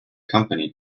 company